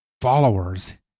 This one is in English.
followers